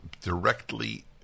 directly